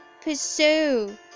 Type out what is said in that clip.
pursue